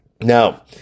Now